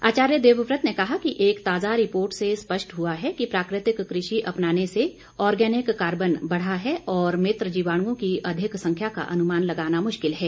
आचार्य देवव्रत ने कहा कि एक ताजा रिपोर्ट से स्पष्ट हुआ है कि प्राकृतिक कृषि अपनाने से ऑरगेनिक कार्बन बढ़ा है और मित्र जीवाणुओं की अधिक संख्या का अनुमान लगाना मुश्किल है